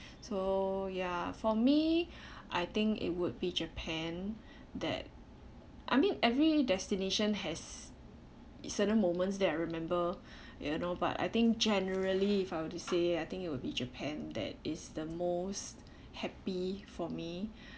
so ya for me I think it would be japan that I mean every destination has its certain moments that I remember you know but I think generally if I were to say I think it will be japan that is the most happy for me